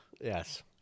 Yes